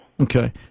Okay